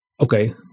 Okay